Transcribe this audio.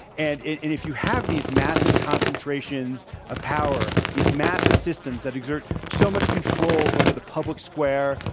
and if you have these massive concentrations of power, these massive systems that exert so much control over the public square,